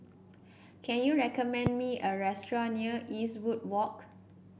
can you recommend me a restaurant near Eastwood Walk